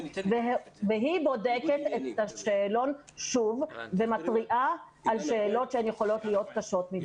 והיא בודקת את השאלון שוב ומתריעה על שאלות שיכולות להיות קשות מדי.